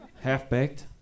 Half-baked